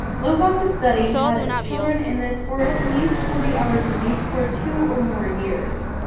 lovaas' study had ah children in this for at least forty hours a week for two or more years,